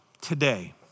today